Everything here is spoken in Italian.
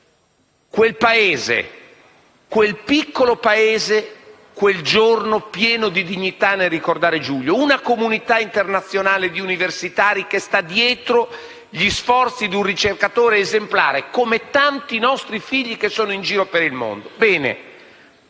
nostra, di quel piccolo paese che, pieno di dignità, ha ricordato Giulio, e di una comunità internazionale di universitari che sta dietro agli sforzi di un ricercatore esemplare come tanti nostri figli che sono in giro per il mondo. Bene.